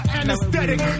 anesthetic